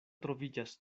troviĝas